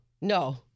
No